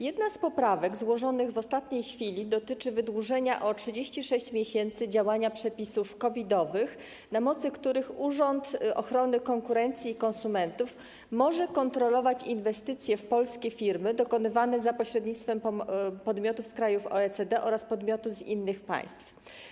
Jedna z poprawek złożonych w ostatniej chwili dotyczy wydłużenia o 36 miesięcy działania przepisów COVID-owych, na mocy których Urząd Ochrony Konkurencji i Konsumentów może kontrolować inwestycje w polskie firmy dokonywane za pośrednictwem podmiotów z krajów OECD oraz podmiotów z innych państw.